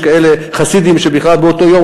יש כאלה חסידים שבכלל באותו יום,